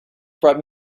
brought